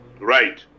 Right